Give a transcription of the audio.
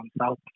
south